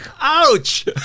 Ouch